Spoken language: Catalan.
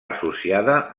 associada